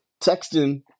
texting